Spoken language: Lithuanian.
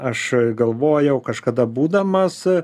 aš galvojau kažkada būdamas